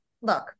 look